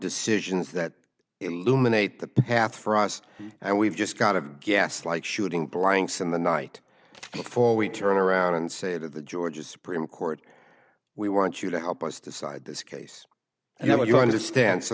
decisions that illuminates the path for us and we've just kind of guess like shooting blanks in the night before we turn around and say to the georgia supreme court we want you to help us decide this case and what you understand so